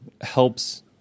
helps